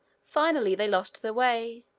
finally they lost their way,